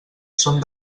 són